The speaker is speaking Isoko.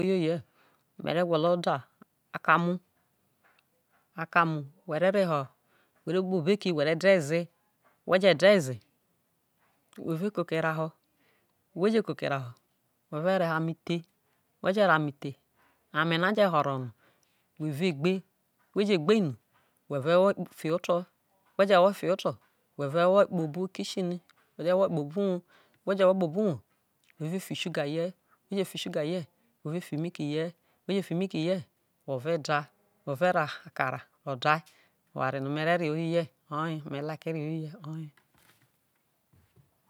Ohohle mere re gwolo daa kamula kamu where kpobo eki where dee zee wheve koko erae ho whe je koko erea ho whe ure ro ame the ama na je horo no whe vegbe whe ve woi fiho oto wheive ewoi kpobo kitchen wheve wo kpoboueou where ve fi ougar fihie whe ve fi milk fihie whe ve da whe ve ro akara ro aal oware nome re re koyohie oye